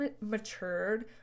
matured